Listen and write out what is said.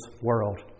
world